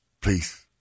please